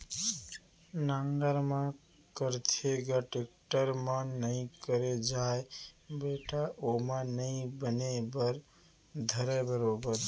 नांगर म करथे ग, टेक्टर म नइ करे जाय बेटा ओमा नइ बने बर धरय बरोबर